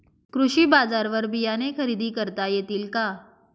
कृषी बाजारवर बियाणे खरेदी करता येतील का?